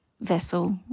vessel